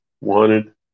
wanted